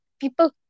people